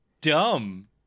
dumb